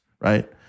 Right